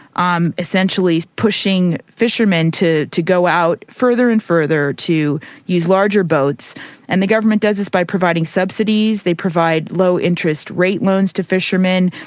um essentially pushing fishermen to to go out further and further, to use larger boats and the government does by providing subsidies, they provide low interest rate loans to fishermen,